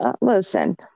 listen